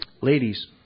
Ladies